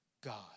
God